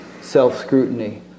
self-scrutiny